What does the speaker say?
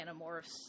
Animorphs